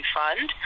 fund